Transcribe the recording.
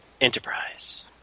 Enterprise